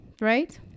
right